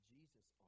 Jesus